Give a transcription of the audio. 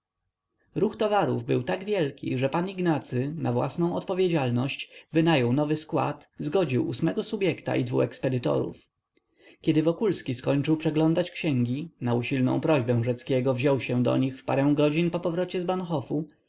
ruch towarów był tak wielki że pan ignacy na własną odpowiedzialność wynajął nowy skład zgodził ósmego subjekta i dwu ekspedytorów kiedy wokulski skończył przeglądać księgi na usilną prośbę rzeckiego wziął się do nich w parę godzin po powrocie z